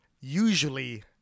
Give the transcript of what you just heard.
usually